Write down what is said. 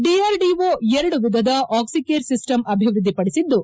DRDO ಎರಡು ವಿಧದ Oxicare system ಅಭಿವೃದ್ಧಿಪಡಿಸಿದ್ದು